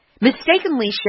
mistakenly